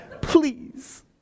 Please